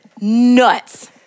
nuts